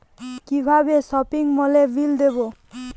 কিভাবে সপিং মলের বিল দেবো?